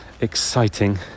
exciting